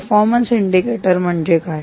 performance indicator म्हणजे काय